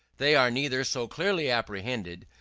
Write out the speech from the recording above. they are neither so clearly apprehended,